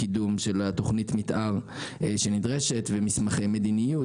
קידום של תכנית המתאר שנדרשת ושל מסמכי מדיניות,